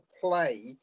play